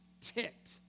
ticked